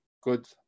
good